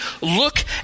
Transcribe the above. look